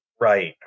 Right